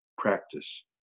practice